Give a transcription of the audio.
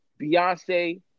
Beyonce